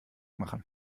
machen